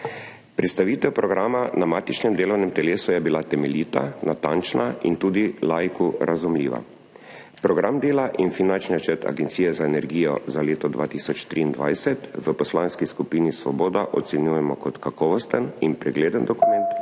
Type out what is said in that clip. Predstavitev programa na matičnem delovnem telesu je bila temeljita, natančna in tudi laiku razumljiva. Program dela in finančni načrt Agencije za energijo za leto 2023 v Poslanski skupini Svoboda ocenjujemo kot kakovosten in pregleden dokument,